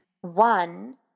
One